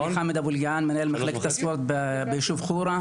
מנהל מחלקת הספורט ביישוב חורה,